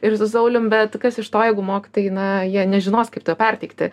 ir su saulium bet kas iš to jeigu mokytojai na jie nežinos kaip tau perteikti